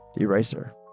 Eraser